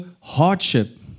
hardship